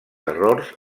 errors